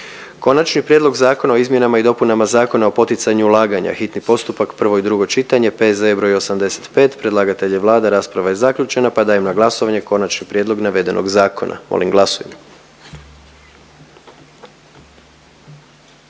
Konačni prijedlog Zakona o izmjenama i dopunama Zakona o poticanju ulaganja, hitni postupak, prvo i drugo čitanje, P.Z.E. broj 85. Predlagatelj je Vlada, rasprava je zaključena pa dajem na glasovanje konačni prijedlog navedenog zakona. Molim glasujmo.